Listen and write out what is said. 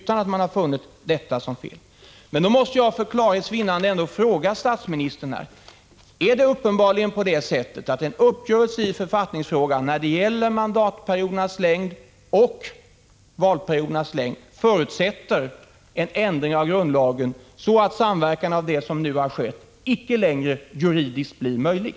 För klarhets vinnande måste jag ändå fråga statsministern: Är det på det sättet att en uppgörelse i författningsfrågan om mandatperiodernas längd och valperiodernas längd förutsätter en ändring av grundlagen så att samverkan av det slag som nu har skett icke längre juridiskt blir möjlig?